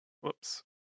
Whoops